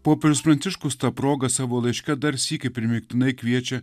popiežius pranciškus ta proga savo laiške dar sykį primygtinai kviečia